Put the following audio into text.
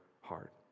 heart